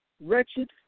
wretched